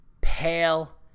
pale